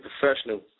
professional